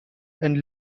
and